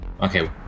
Okay